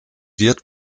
wird